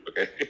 okay